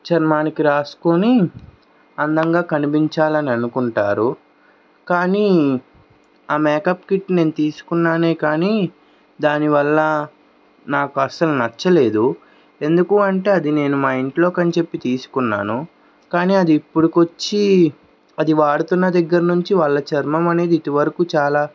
చర్మానికి రాసుకొని అందంగా కనిపించాలని అనుకుంటారు కానీ ఆ మేకప్ కిట్ నేను తీసుకున్నానే కానీ దానివల్ల నాకు అస్సలు నచ్చలేదు ఎందుకు అంటే అది నేను మా ఇంట్లో అని చెప్పి తీసుకున్నాను కానీ అది ఇప్పుడు కొచ్చి అది వాడుతున్న దగ్గరనుంచి వాళ్ళ చర్మం అనేది ఇటు వరకు చాలా